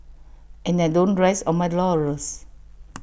and I don't rest on my laurels